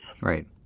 Right